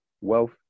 wealth